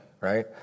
right